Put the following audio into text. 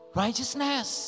righteousness